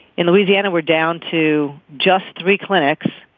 in louisiana we're down to just three clinics.